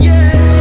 Yes